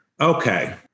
Okay